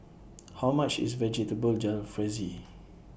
How much IS Vegetable Jalfrezi